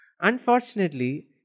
Unfortunately